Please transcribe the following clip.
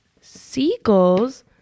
seagulls